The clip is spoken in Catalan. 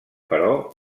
però